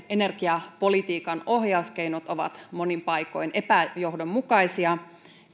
energiapolitiikan ohjauskeinot ovat monin paikoin epäjohdonmukaisia